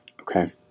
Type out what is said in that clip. Okay